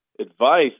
advice